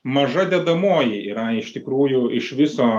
maža dedamoji yra iš tikrųjų iš viso